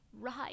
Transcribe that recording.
right